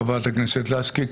חברת הכנסת לסקי,